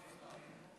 מאליהם.